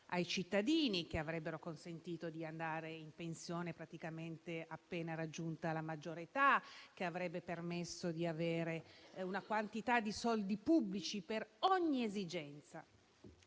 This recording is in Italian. ai cittadini, che avrebbero consentito di andare in pensione praticamente appena raggiunta la maggiore età, che avrebbero permesso di avere una quantità di soldi pubblici per ogni esigenza.